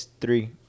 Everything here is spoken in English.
three